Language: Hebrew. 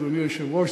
אדוני היושב-ראש,